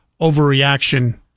overreaction